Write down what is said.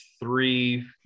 three